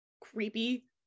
Creepy